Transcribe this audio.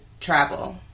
travel